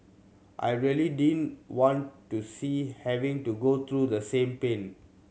I really didn't want to see having to go through the same pain